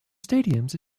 stadiums